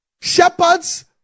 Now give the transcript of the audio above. Shepherds